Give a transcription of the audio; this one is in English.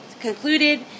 concluded